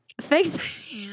Thanks